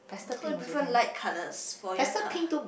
so you prefer light colors for your car